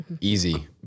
Easy